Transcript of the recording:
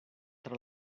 tra